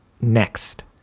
next